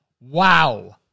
wow